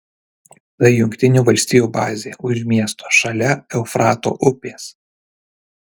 tai jungtinių valstijų bazė už miesto šalia eufrato upės